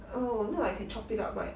oh now I can chop it up right